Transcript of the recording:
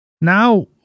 Now